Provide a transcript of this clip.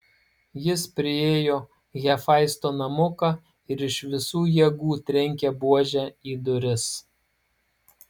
jis priėjo hefaisto namuką ir iš visų jėgų trenkė buože į duris